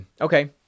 okay